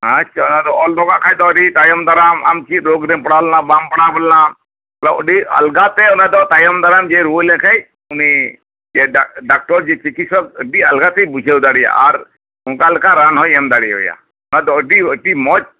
ᱟᱪᱪᱷᱟ ᱟᱫᱚ ᱚᱱᱟᱫᱚ ᱚᱞ ᱫᱚᱦᱚ ᱠᱟᱜᱠᱷᱟᱱ ᱟᱹᱰᱤ ᱛᱟᱭᱚᱢ ᱫᱟᱨᱟᱢ ᱟᱢ ᱪᱮᱫ ᱨᱳᱜᱨᱮᱢ ᱯᱟᱲᱟᱣ ᱞᱮᱱᱟ ᱵᱟᱢ ᱯᱟᱲᱟᱣ ᱞᱮᱱᱟ ᱵᱚᱞᱮ ᱟᱹᱰᱤ ᱟᱞᱜᱟᱛᱮ ᱚᱱᱟᱫᱚ ᱛᱟᱭᱚᱢ ᱫᱟᱨᱟᱢ ᱡᱮ ᱨᱩᱣᱟᱹ ᱞᱮᱱᱠᱷᱟᱱ ᱩᱱᱤ ᱡᱮ ᱰᱟᱠᱛᱚᱨ ᱡᱮ ᱪᱤᱠᱤᱛᱥᱚᱠ ᱟᱹᱰᱤ ᱟᱞᱜᱟᱛᱮᱭ ᱵᱩᱡᱷᱟᱹᱣ ᱫᱟᱲᱮᱭᱟᱜᱼᱟ ᱟᱨ ᱚᱱᱠᱟ ᱞᱮᱠᱟ ᱨᱟᱱᱦᱚᱭ ᱮᱢ ᱫᱟᱲᱮ ᱟᱭᱟ ᱚᱱᱟᱫᱚ ᱟᱹᱰᱤ ᱟᱹᱰᱤ ᱢᱚᱸᱡᱽ